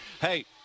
hey